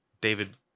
David